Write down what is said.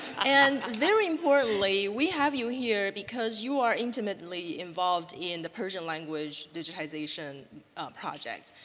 ah and very importantly, we have you here because you are intimately involved in the persian language digitization project.